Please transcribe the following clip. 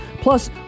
Plus